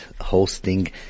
hosting